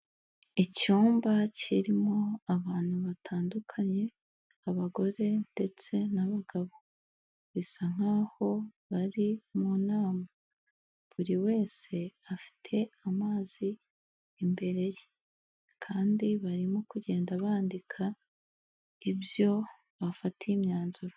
Icyumba kirimo abantu batandukanye, abagore ndetse n'abagabo. Bisa nkaho bari mu nama, buri wese afite amazi imbere ye kandi barimo kugenda bandika, ibyo bafatiye imyanzuro.